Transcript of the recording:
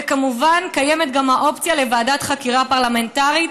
וכמובן קיימת גם האופציה של ועדת חקירה פרלמנטרית.